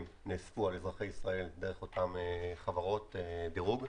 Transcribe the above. נאספו על אזרחי ישראל דרך אותן חברות דירוג,